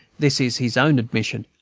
this is his own admission.